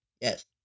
Yes